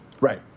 Right